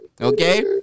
Okay